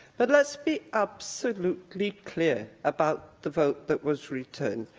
but let's be absolutely clear about the vote that was returned.